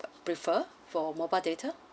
prefer for mobile data